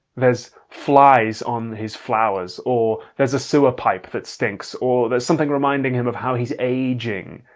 there's flies on his flowers, or there's a sewer pipe that stinks, or there's something reminding him of how he's aging.